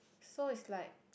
so it's like